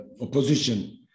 opposition